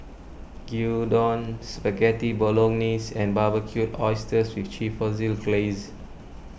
Gyudon Spaghetti Bolognese and Barbecued Oysters with Chipotle Glaze